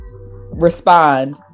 respond